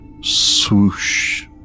Swoosh